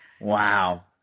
Wow